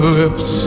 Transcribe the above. lips